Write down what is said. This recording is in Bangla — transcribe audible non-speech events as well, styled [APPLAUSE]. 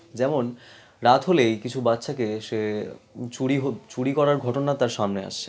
যেমন রাত হলেই কিছু বাচ্চাকে সে চুরি [UNINTELLIGIBLE] চুরি করার ঘটনা তার সামনে আসছে